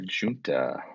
Junta